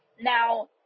Now